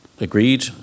agreed